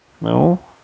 No